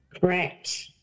Correct